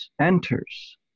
enters